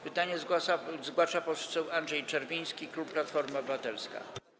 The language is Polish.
Pytanie zgłasza poseł Andrzej Czerwiński, klub Platforma Obywatelska.